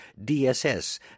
DSS